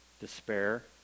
despair